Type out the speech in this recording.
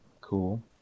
cool